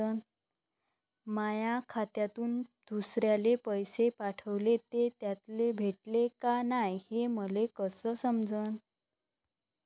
माया खात्यातून दुसऱ्याले पैसे पाठवले, ते त्याले भेटले का नाय हे मले कस समजन?